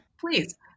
please